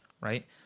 right